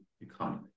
economy